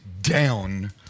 down